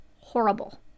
horrible